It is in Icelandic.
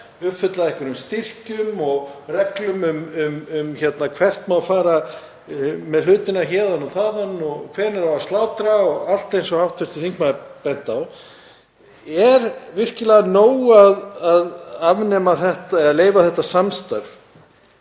uppfulla af einhverjum styrkjum og reglum um hvert má fara með hlutina héðan og þaðan og hvenær á að slátra, allt eins og hv. þingmaður benti á. Er virkilega nóg að leyfa þetta samstarf?